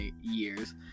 years